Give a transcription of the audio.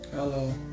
Hello